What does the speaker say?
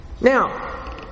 Now